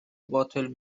باطل